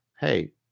Hey